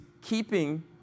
keeping